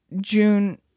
june